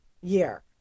year